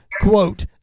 quote